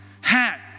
hat